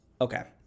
Okay